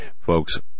folks